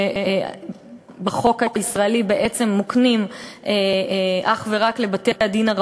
שבחוק הישראלי בעצם מוקנים אך ורק לבתי-הדין הרבניים,